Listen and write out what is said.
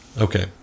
okay